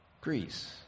Greece